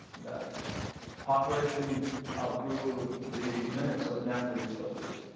that population outgrew the limits of the natural resources.